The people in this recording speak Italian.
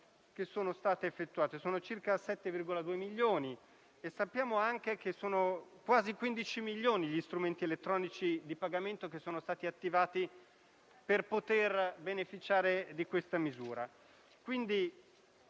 le transazioni effettuate (circa 7,2 milioni) e sappiamo anche che sono quasi 15 milioni gli strumenti elettronici di pagamento attivati per poter beneficiare di questa misura.